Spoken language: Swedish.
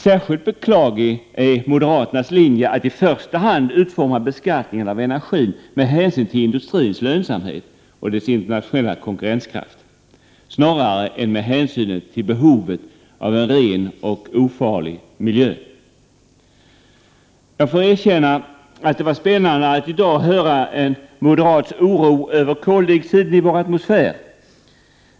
Särskilt beklaglig är moderaternas linje att utforma beskattningen av energin med hänsyn till industrins lönsamhet och dess internationella konkurrenskraft snarare än med hänsyn till behovet av en ren och ofarlig miljö. Jag får erkänna att det var spännande att i dag höra en moderats oro över koldioxiden i vår atmosfär.